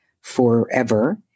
forever